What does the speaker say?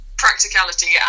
practicality